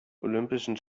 olympischen